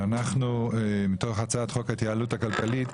שאנחנו מתוך הצעת חוק ההתייעלות הכלכלית,